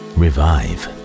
revive